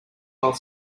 while